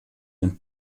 den